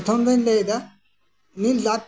ᱯᱨᱚᱛᱷᱚᱢ ᱫᱩᱧ ᱞᱟᱹᱭᱮᱫᱟ ᱢᱤᱫ ᱞᱟᱠᱷ